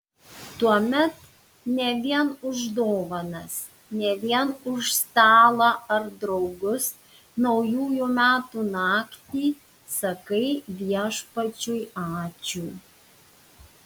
tuomet ne vien už dovanas ne vien už stalą ar draugus naujųjų metų naktį sakai viešpačiui ačiū